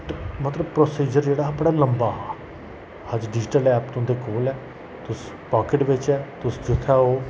मतलब प्रोसिजर जेह्ड़ा हा बड़ा लंबा हा अज डिजिटल ऐप तुंदे कोल ऐ तुस पॉकेट बिच्च ऐ तुस जित्थै ओ